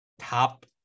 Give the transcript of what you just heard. top